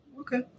Okay